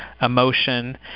emotion